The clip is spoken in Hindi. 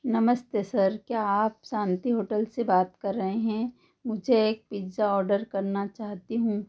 नमस्ते सर क्या आप शान्ति होटल से बात कर रहे हैं मुझे एक पिज़्ज़ा ऑर्डर करना चाहती हूँ